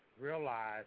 realize